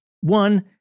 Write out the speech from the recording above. one